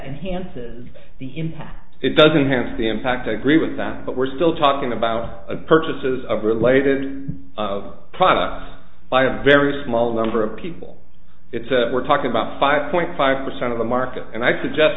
enhances the impact it doesn't hence the impact i agree with that but we're still talking about purchases of related of products by a very small number of people it's we're talking about five point five percent of the market and i suggest